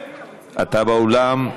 אתה באולם,